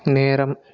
நேரம்